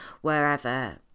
wherever